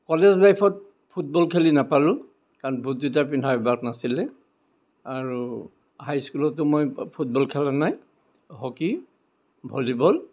college লাইফত football খেলি নাপালোঁ কাৰণ বোট জোতা পিন্ধাৰ অভ্যাস নাছিলে আৰু হাইস্কুলতো মই ফুটবল খেলা নাই হকী ভলীবল